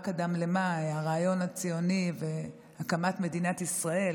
מה קדם למה, הרעיון הציוני והקמת מדינת ישראל.